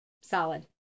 Solid